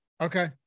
okay